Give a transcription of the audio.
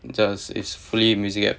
just it's fully music application